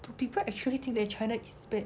do people actually think that china is bad